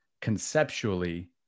conceptually